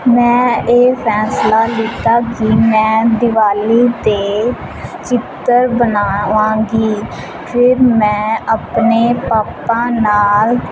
ਮੈਂ ਇਹ ਫੈਸਲਾ ਲਿਆ ਕਿ ਮੈਂ ਦੀਵਾਲੀ 'ਤੇ ਚਿੱਤਰ ਬਣਾਵਾਂਗੀ ਫਿਰ ਮੈਂ ਆਪਣੇ ਪਾਪਾ ਨਾਲ